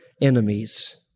enemies